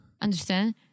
Understand